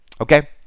Okay